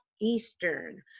eastern